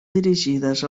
dirigides